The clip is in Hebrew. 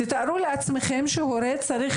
תתארו לעצמכם שהורה צריך,